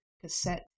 Cassette